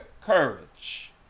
courage